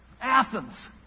Athens